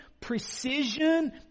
precision